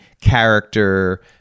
character